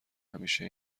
همیشه